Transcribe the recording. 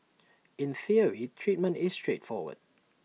in theory treatment is straightforward